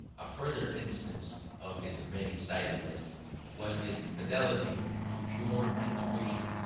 a further instance of his many-sidedness was his fidelity to pure intuition,